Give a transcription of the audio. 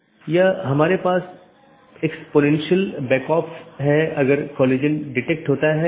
तो एक BGP विन्यास एक ऑटॉनमस सिस्टम का एक सेट बनाता है जो एकल AS का प्रतिनिधित्व करता है